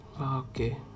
Okay